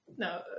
No